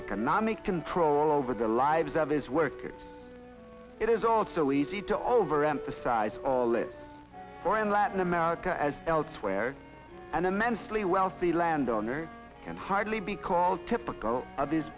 economic control over the lives of his workers it is also easy to overemphasize all it for in latin america as elsewhere an immensely wealthy landowners can hardly be called typical of these